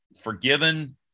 forgiven